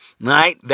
Right